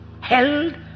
held